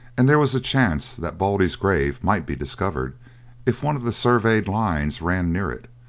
and there was a chance that baldy's grave might be discovered if one of the surveyed lines ran near it,